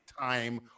time